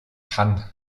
hann